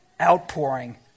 outpouring